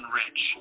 rich